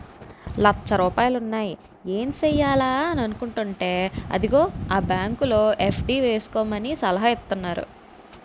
లచ్చ రూపాయలున్నాయి ఏం సెయ్యాలా అని అనుకుంటేంటే అదిగో ఆ బాంకులో ఎఫ్.డి సేసుకోమని సలహా ఇత్తన్నారు